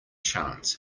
chance